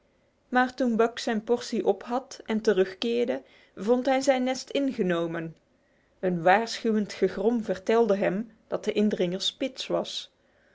maar toen buck zijn portie ophad en terugkeerde vond hij zijn nest ingenomen een waarschuwend gegrom vertelde hem dat de indringer spitz was